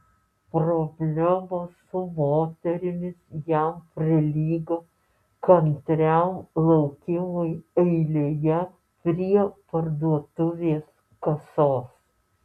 problemos su moterimis jam prilygo kantriam laukimui eilėje prie parduotuvės kasos